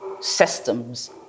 systems